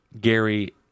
Gary